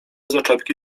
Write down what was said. zaczepki